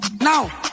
now